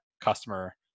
customer